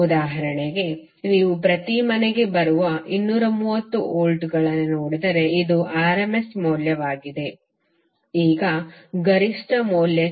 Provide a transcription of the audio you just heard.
ಉದಾಹರಣೆಗೆ ನೀವು ಪ್ರತಿ ಮನೆಗೆ ಬರುವ 230 ವೋಲ್ಟ್ಗಳನ್ನು ನೋಡಿದರೆ ಇದು rms ಮೌಲ್ಯವಾಗಿದೆ ಈಗ ಗರಿಷ್ಠ ಮೌಲ್ಯಕ್ಕೆ